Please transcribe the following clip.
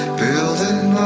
building